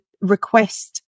request